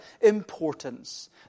importance